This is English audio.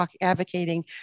advocating